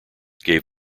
gave